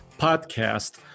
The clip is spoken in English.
Podcast